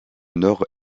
nord